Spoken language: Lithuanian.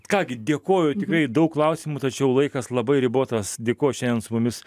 ką gi dėkoju tikrai daug klausimų tačiau laikas labai ribotas dėkoju šiandien su mumis